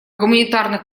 гуманитарных